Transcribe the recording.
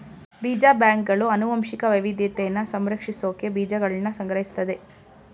ಬೀಜ ಬ್ಯಾಂಕ್ಗಳು ಅನುವಂಶಿಕ ವೈವಿದ್ಯತೆನ ಸಂರಕ್ಷಿಸ್ಸೋಕೆ ಬೀಜಗಳ್ನ ಸಂಗ್ರಹಿಸ್ತದೆ